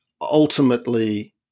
ultimately